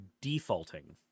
defaulting